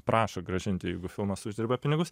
prašo grąžinti jeigu filmas uždirba pinigus